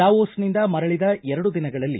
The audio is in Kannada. ದಾವೋಸ್ನಿಂದ ಮರಳಿದ ಎರಡು ದಿನಗಳಲ್ಲಿ